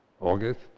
August